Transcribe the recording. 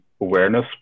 awareness